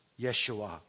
Yeshua